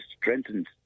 strengthened